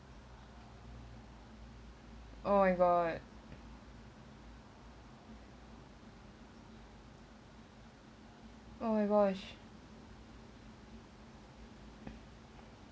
oh my god oh my gosh